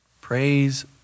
Praise